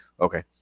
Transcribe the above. okay